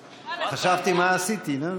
חשבתי: מה עשיתי?